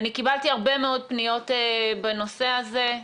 אני קיבלתי הרבה מאוד פניות בנושא הזה.